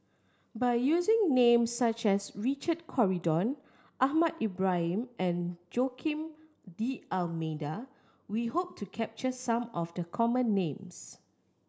by using names such as Richard Corridon Ahmad Ibrahim and Joaquim D'Almeida we hope to capture some of the common names